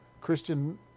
Christian